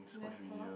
that's all